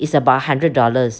is about hundred dollars